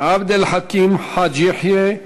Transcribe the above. עבד אל חכים חאג' יחיא,